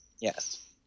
Yes